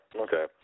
Okay